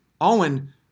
Owen